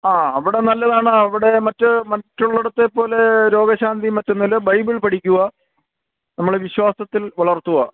ആ അവിടെ നല്ലതാണ് അവിടെ മറ്റ് മറ്റുള്ളയിടത്തെ പോലേ രോഗശാന്തിയും മറ്റും ഒന്നും ഇല്ല ബൈബിൾ പഠിക്കുക നമ്മൾ വിശ്വാസത്തിൽ പുലർത്തുക